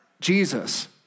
Jesus